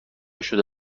شده